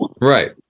right